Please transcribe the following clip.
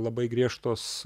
labai griežtos